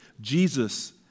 Jesus